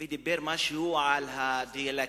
והוא אמר משהו על הדיאלקטיקה,